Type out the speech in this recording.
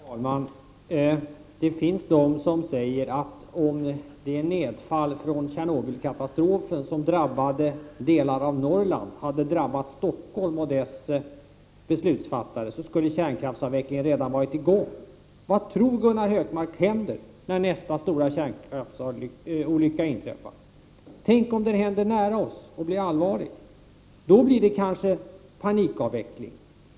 Herr talman! Det finns de som säger att om det nedfall från Tjernobylkatastrofen som drabbade delar av Norrland hade drabbat Stockholm och dess beslutsfattare, så skulle kärnkraftsavvecklingen redan ha varit i gång. Vad tror Gunnar Hökmark händer när nästa stora kärnkraftsolycka inträffar? Tänk om den händer nära oss och blir allvarlig! Då blir det kanske panikavveckling.